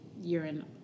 Urine